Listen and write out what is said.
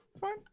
fine